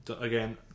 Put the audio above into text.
again